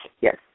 Yes